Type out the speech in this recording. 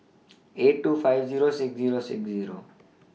eight two five Zero six Zero six Zero